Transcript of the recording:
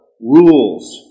rules